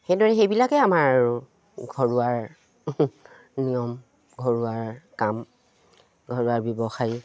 সেইদৰে সেইবিলাকেই আমাৰ আৰু ঘৰুৱাৰ নিয়ম ঘৰুৱাৰ কাম ঘৰুৱা ব্যৱসায়ী